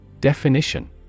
Definition